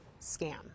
scam